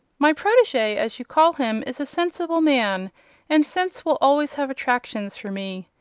my protege, as you call him, is a sensible man and sense will always have attractions for me.